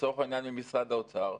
לצורך העניין ממשרד האוצר,